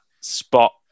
spot